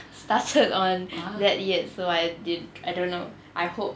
started on that yet so I did I don't know I hope